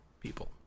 people